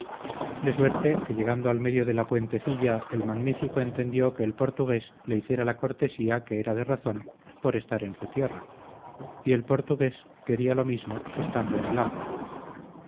de suerte que llegando al medio de la puentecilla el magnífico entendió que el portugués le hiciera la cortesía que era de razón por estar en su tierra y el portugués quería lo mismo estando en el agua